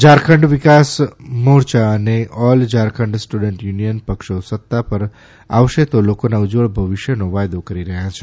ઝારખંડ વિકાસ મોર્ચા અને all Jharkhand student union પક્ષો સતા પર આવશે તો લોકોના ઉજ્જવળ ભવિષ્યનો વાયદો કરી રહ્યા છે